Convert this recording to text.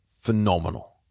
phenomenal